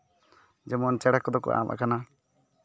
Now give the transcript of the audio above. ᱡᱮᱢᱚᱱ ᱪᱮᱬᱮ ᱠᱚᱫᱚ ᱠᱚ ᱟᱯ ᱟᱠᱟᱱᱟ